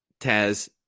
Taz